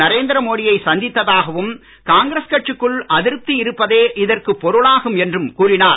நரேந்திர மோடி யை சந்தித்ததாகவும் காங்கிரஸ் கட்சிக்குள் அதிருப்தி இருப்பதே இதற்குப் பொருளாகும் என்றும் கூறினார்